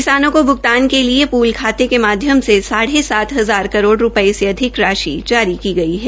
किसानों को भ्गतान के लिए पूल खाते के माध्यम से साढ़े सात हजार करोड़ रूपये से अधिक राशि जारी की गई है